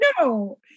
no